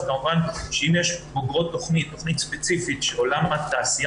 אז כמובן שאם יש בוגרות תכנית ספציפית שעולם התעשייה